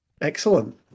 Excellent